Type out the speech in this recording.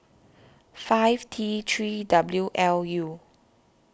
five T three W L U